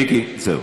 מיקי, זהו.